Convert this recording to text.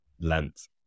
length